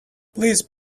please